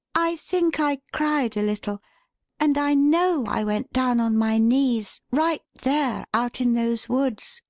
i think i cried a little and i know i went down on my knees right there out in those woods,